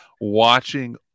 watching